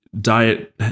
diet